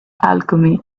alchemy